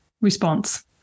response